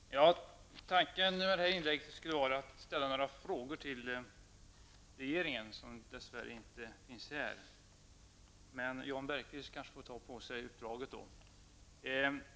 Herr talman! Tanken med mitt inlägg var att jag skulle ställa några frågor till regeringen, som dess värre inte är representerad här nu. Jan Bergqvist kanske får ta på sig uppdraget.